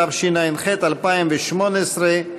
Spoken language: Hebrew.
התשע"ח 2018,